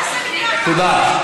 תודה.